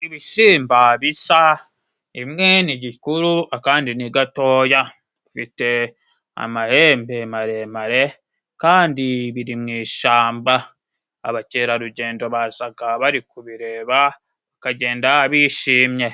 Ibisimba bisa imwe ni gikuru akandi ni gatoya bifite amahembe maremare, kandi biri mu ishamba, abakerarugendo bazaga bari kubireba bakagenda bishimye.